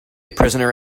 prisoner